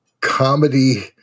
comedy